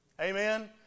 Amen